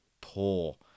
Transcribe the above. poor